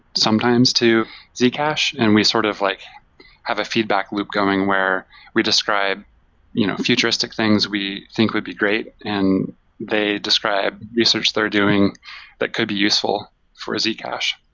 sometimes, to zcash, and we sort of like have a feedback look going where we describe you know futuristic things we think would be great. and they describe research they're doing that could be useful for zcash.